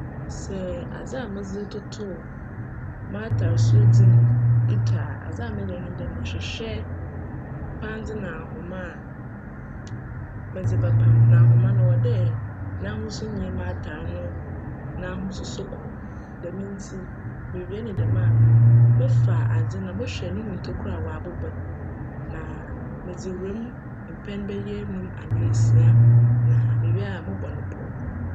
Sj adze a medze toto m'atar sor dze etu a, adze a meyj nye dj mohwehwj pandze na ahoma a medze bjpam. Na ahoma no cwc dj n'ahosu nye m'atar no n'ahosu so kc. Djm ntsi muwie no djm a, mefaa adze no na mohwj no mu ntokura a wcabobc no na medze wura mu mpjn bjyj anan anaa esia na muwie a mobc no pcw.